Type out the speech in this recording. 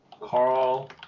Carl